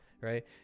Right